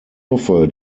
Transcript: hoffe